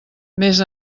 més